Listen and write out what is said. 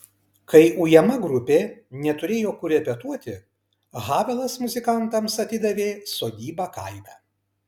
kai ujama grupė neturėjo kur repetuoti havelas muzikantams atidavė sodybą kaime